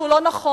שהוא לא נכון,